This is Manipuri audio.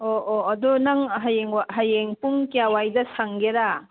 ꯑꯣ ꯑꯣ ꯑꯗꯣ ꯅꯪ ꯍꯌꯦꯡ ꯄꯨꯡ ꯀꯌꯥꯋꯥꯏꯗ ꯁꯪꯒꯦꯔꯥ